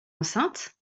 enceinte